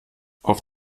auf